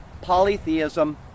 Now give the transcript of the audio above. polytheism